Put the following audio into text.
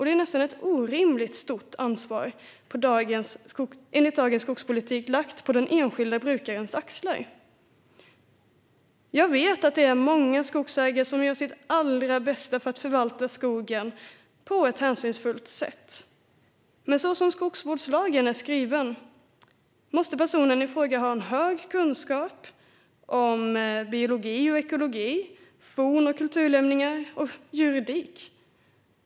Det är nästan ett orimligt stort ansvar att lägga dagens skogspolitik på den enskilda brukarens axlar. Jag vet att det är många skogsägare som gör sitt allra bästa för att förvalta skogen på ett hänsynsfullt sätt. Men så som skogsvårdslagen är skriven måste personen i fråga ha stor kunskap om biologi och ekologi, forn och kulturlämningar och juridik.